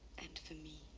and for me.